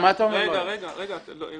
גם